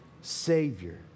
Savior